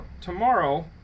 tomorrow